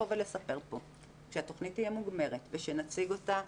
ולספר כאן כאשר התכנית תהיה מוגמרת ונציג אותה.